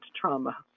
trauma